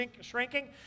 shrinking